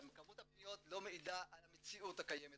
כמות הפניות לא מעידה על המציאות הקיימת